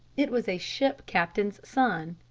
it was a ship captain's son.